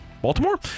Baltimore